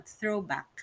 throwback